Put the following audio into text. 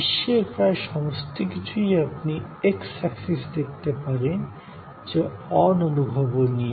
বিশ্বের প্রায় সমস্ত কিছুই আপনি X অক্ষে রাখতে পারেন যা অদৃশ্য